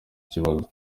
kibazo